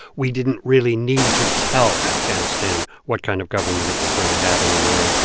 we didn't really need to tell afghanistan what kind of government it was going to have anymore,